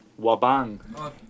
Wabang